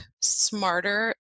smarter